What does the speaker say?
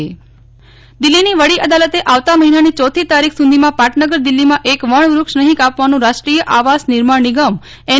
નેફલ ઠક્કર દિલ્ફી વડી અદાલત દિલ્હીની વડી અદાલતે આવતા મહિનાની ચોથી તારીખ સુધીમાં પાટનગર દિલ્હીમાં એક વણ વૃક્ષ નહીં કાપવાનું રાષ્ટ્રીય આવાસ નિર્માણ નિગમ એન